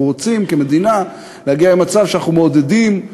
אנחנו רוצים, כמדינה, להגיע למצב שאנחנו מעודדים,